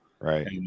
Right